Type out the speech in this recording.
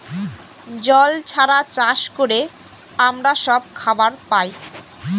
জল ছাড়া চাষ করে আমরা সব খাবার পায়